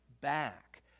back